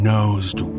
Nosed